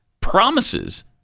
promises